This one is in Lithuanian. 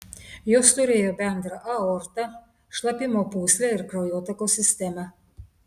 jos turėjo bendrą aortą šlapimo pūslę ir kraujotakos sistemą